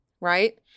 right